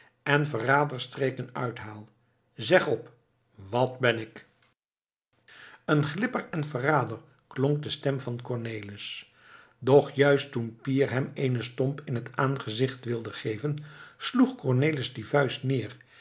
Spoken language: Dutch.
en verraders streken uithaal zeg op wat ben ik een glipper en verrader klonk de stem van cornelis doch juist toen pier hem eenen stomp in het aangezicht wilde geven sloeg cornelis die vuist neer